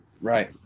Right